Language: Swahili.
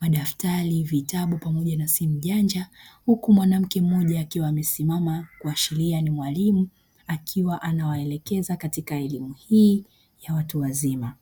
madaftari vitabu pamoja na simu janja huku mwanamke mmoja amesimama kuashiria ni mwalimu akiwa anawaelekeza katika elimu hii ya watu wazima.